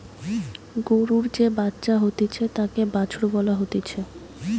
গরুর যে বাচ্চা হতিছে তাকে বাছুর বলা হতিছে